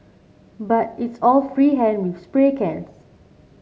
but it's all free hand with spray cans